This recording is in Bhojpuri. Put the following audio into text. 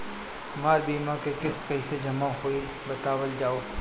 हमर बीमा के किस्त कइसे जमा होई बतावल जाओ?